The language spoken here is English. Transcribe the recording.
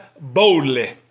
boldly